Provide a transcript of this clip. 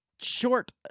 short